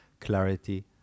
clarity